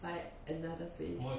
but another place